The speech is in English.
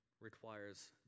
requires